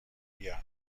بیا